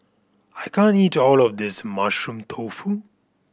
I can't eat all of this Mushroom Tofu